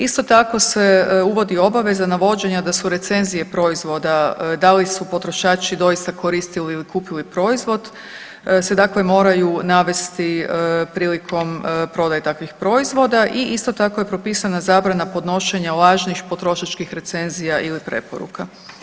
Isto tako se uvodi obaveza navođenja da su recenzije proizvoda da li su potrošači doista koristili ili kupili proizvod se dakle moraju navesti prilikom prodaje takvih proizvoda i isto tako je propisana zabrana podnošenja lažnih potrošačkih recenzija ili preporuka.